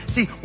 See